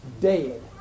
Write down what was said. dead